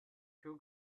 two